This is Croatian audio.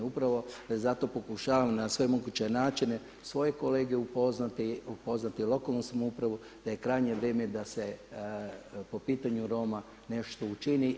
Upravo zato pokušavam na sve moguće načine svoje kolege upoznati, upoznati lokalnu samoupravu da je krajnje vrijeme da se po pitanju Roma nešto učini.